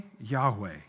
Yahweh